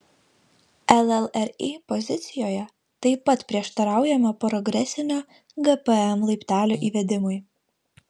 llri pozicijoje taip pat prieštaraujama progresinio gpm laiptelio įvedimui